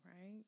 right